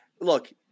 look